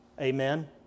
Amen